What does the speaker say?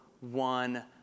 one